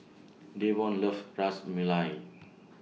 Davon loves Ras Malai